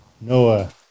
Noah